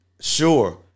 Sure